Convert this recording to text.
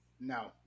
no